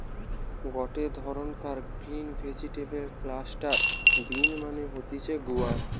গটে ধরণকার green vegetable cluster bean মানে হতিছে গুয়ার